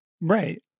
Right